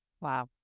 Wow